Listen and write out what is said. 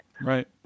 Right